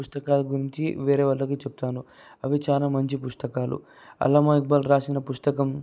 పుస్తకాల గురించి వేరే వాళ్ళకి చెప్తాను అవి చాలా మంచి పుస్తకాలు అల్లామా ఇక్బాల్ రాసిన పుస్తకం